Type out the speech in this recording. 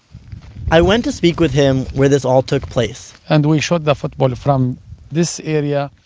i went to speak with him where this all took place and we shot the football from this area